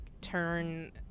turn